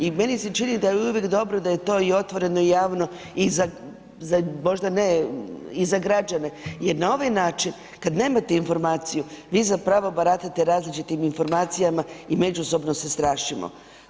I meni se čini da je uvijek dobro da je to otvoreno i javno i za građane jer na ovaj način kada nemate informaciju vi zapravo baratate različitim informacijama i međusobno se strašimo.